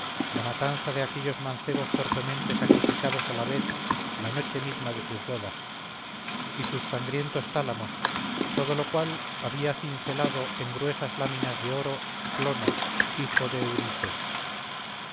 la matanza de aquellos mancebos torpemente sacrificados a la vez la noche misma de sus bodas y sus sangrientos tálamos todo lo cual había cincelado en gruesas láminas de oro clono hijo de eurites